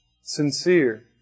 Sincere